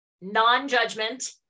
non-judgment